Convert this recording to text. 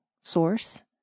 source